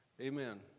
Amen